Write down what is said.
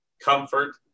comfort